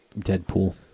Deadpool